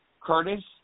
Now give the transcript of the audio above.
curtis